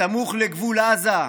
סמוך לגבול עזה,